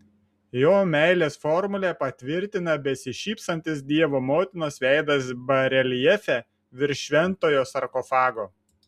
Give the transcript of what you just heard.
jo meilės formulę patvirtina besišypsantis dievo motinos veidas bareljefe virš šventojo sarkofago